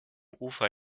ufer